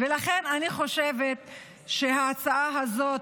לכן, אני חושבת שההצעה הזאת